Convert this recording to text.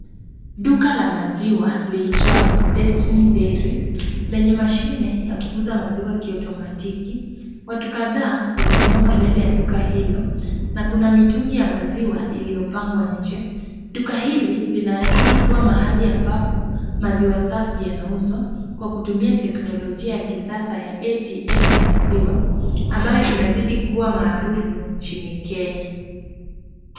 Duka la maziwa liitwalo Destiny Dairies lenye mashine ya kuuza maziwa kiotomatiki. Watu kadhaa wamesimama mbele ya duka hilo na kuna mitungi ya maziwa iliyopangwa nje. Duka hili linaonekana kuwa mahali ambapo maziwa safi yanauzwa kwa kutumia teknolojia ya kisasa ya ATM ya maziwa ambayo inazidi kwa maarufu nchini Kenya.